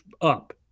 up